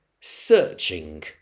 searching